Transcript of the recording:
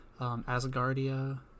Asgardia